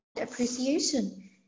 appreciation